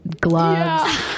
gloves